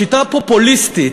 בשיטה הפופוליסטית,